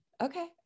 Okay